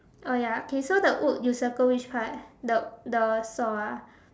oh ya okay so the wood you circle which part the the saw ah